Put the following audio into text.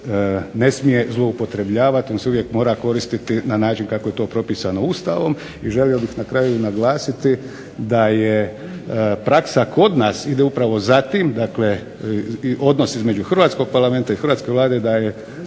ne smije zloupotrebljavati, on se uvijek mora koristiti na način kako je to propisano Ustavom. I želio bih na kraju naglasiti da praksa kod nas ide upravo za tim, dakle odnos između Hrvatskog parlamenta i hrvatske Vlade da nije